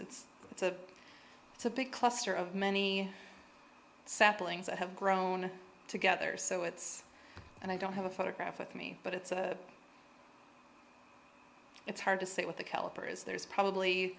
and it's a it's a big cluster of many saplings that have grown together so it's and i don't have a photograph with me but it's a it's hard to say what the caliper is there's probably